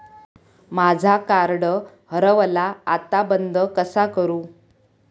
माझा कार्ड हरवला आता बंद कसा करू?